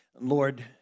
Lord